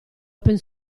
open